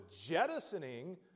jettisoning